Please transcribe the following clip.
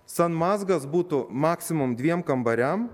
san mazgas būtų maksimum dviem kambariam